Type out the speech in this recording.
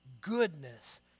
goodness